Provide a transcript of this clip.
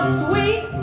sweet